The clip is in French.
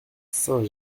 saint